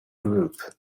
group